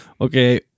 Okay